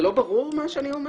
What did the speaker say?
זה לא ברור מה שאני אומרת,